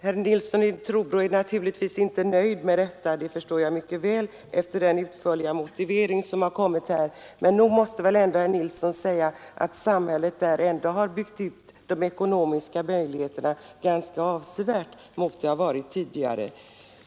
Herr Nilsson i Trobro är naturligtvis inte nöjd med detta — det förstår jag mycket väl efter den utförliga motivering som han lämnat här — men nog måste väl ändå herr Nilsson hålla med om att samhället har byggt ut de ekonomiska möjligheterna ganska avsevärt i jämförelse med hur det varit tidigare.